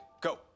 Go